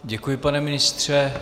Děkuji, pane ministře.